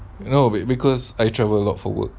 no because I travel a lot for work